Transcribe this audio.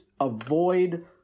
avoid